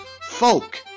folk